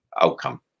outcome